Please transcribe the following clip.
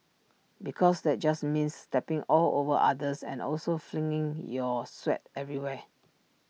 because that just means stepping all over others and also flinging your sweat everywhere